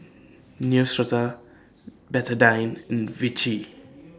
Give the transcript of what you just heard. Neostrata Betadine Vichy